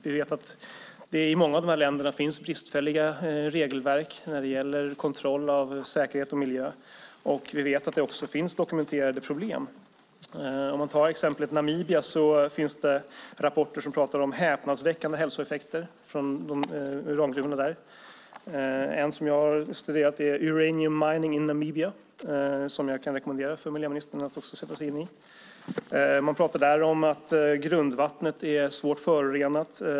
Vi vet att i många av de här länderna är det bristfälliga regelverk för kontroll av säkerhet och miljö. Vi vet att det finns dokumenterade problem. Till exempel från Namibia finns det rapporter som talar om häpnadsväckande hälsoeffekter från urangruvorna där. En som jag har studerat är Uranium mining in Namibia , som jag kan rekommendera miljöministern att sätta sig in i. Man pratar där om att grundvattnet är svårt förorenat.